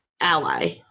ally